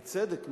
בצדק,